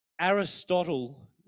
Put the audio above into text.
Aristotle